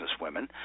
businesswomen